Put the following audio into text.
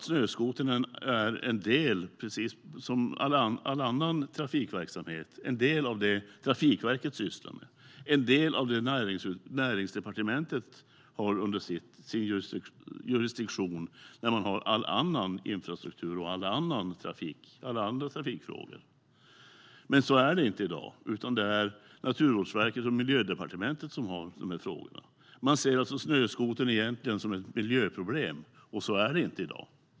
Snöskotern borde vara, precis som all annan trafikverksamhet, en del av det som Trafikverket sysslar med och en del av det som Näringsdepartementet har under sin jurisdiktion när man har all annan infrastruktur och alla andra trafikfrågor där. Men så är det inte i dag, utan det är Naturvårdsverket och Miljödepartementet som har hand om dessa frågor. Man ser alltså egentligen snöskotern som ett miljöproblem. Så är det inte i dag.